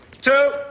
two